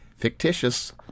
fictitious